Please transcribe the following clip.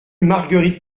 marguerite